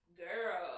girl